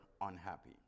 Unhappy